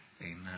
Amen